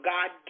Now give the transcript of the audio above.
God